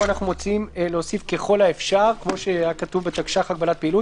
פה אנחנו מציעים להוסיף: ככל האפשר - כמו שהיה כתוב בתקש"ח הגבלת פעילות